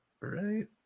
Right